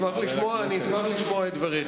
מאה אחוז, אני אשמח לשמוע את דבריך.